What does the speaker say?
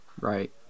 Right